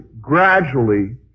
gradually